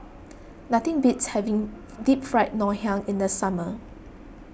nothing beats having Deep Fried Ngoh Hiang in the summer